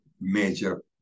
major